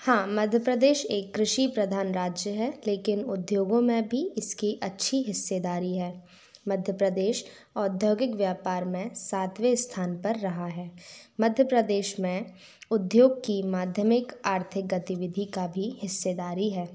हाँ मध्य प्रदेश एक कृषि प्रधान राज्य है लेकिन उद्योगों में भी इसकी अच्छी हिस्सेदारी है मध्य प्रदेश औद्योगिक व्यापार में सातवें स्थान पर रहा है मध्य प्रदेश में उद्योग की माध्यमिक आर्थिक गतिविधि का भी हिस्सेदारी है